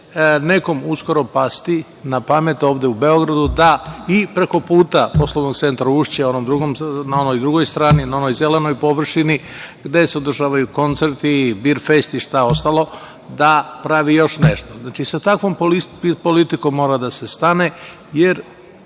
nekom uskoro pasti na pamet ovde u Beogradu da i preko puta poslovnog centa „Ušće“, na onoj drugoj strani, na onoj zelenoj površini, gde se održavaju koncerti i BIR fest i ostalo da pravi još nešto. Znači, sa takvom politikom mora da se stane, jer